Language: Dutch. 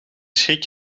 schrik